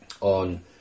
on